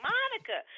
Monica